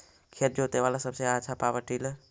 खेत जोते बाला सबसे आछा पॉवर टिलर?